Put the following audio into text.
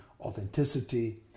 Authenticity